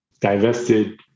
divested